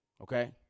Okay